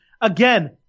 Again